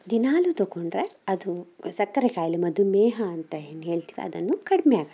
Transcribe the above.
ದಿನಾಗಲೂ ತೊಕೊಂಡರೆ ಅದು ಸಕ್ಕರೆ ಕಾಯಿಲೆ ಮಧುಮೇಹ ಅಂತ ಏನು ಹೇಳ್ತಿರಾ ಅದನ್ನು ಕಡಿಮೆ ಆಗತ್ತೆ